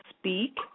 speak